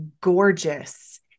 gorgeous